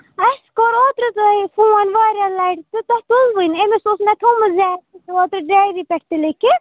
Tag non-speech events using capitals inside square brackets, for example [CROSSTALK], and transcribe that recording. اَسہِ کوٚر اوترٕ تۄہہِ فون واریاہ لٹہِ تہٕ تۄہہِ تُلوٕے نہٕ أمِس اوس مےٚ تھوٚمُت [UNINTELLIGIBLE] ڈیری پٮ۪ٹھ تہِ لیکھِتھ